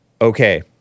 okay